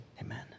Amen